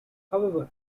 however